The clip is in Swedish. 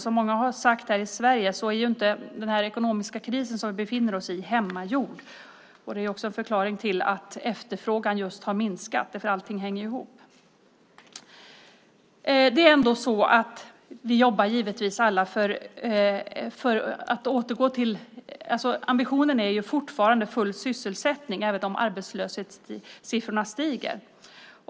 Som många har sagt här i Sverige är den ekonomiska kris som vi befinner oss i inte hemmagjord. Det är också en förklaring till att efterfrågan just har minskat därför att allting hänger ihop. Ambitionen för oss alla är fortfarande full sysselsättning även om arbetslöshetssiffrorna stiger.